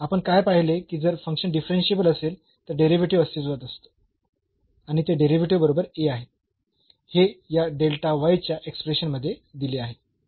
तर आपण काय पाहिले की जर फंक्शन डिफरन्शियेबल असेल तर डेरिव्हेटिव्ह अस्तित्वात असते आणि ते डेरिव्हेटिव्ह बरोबर A आहे हे या च्या एक्सप्रेशन मध्ये दिले आहे